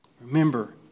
Remember